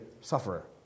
sufferer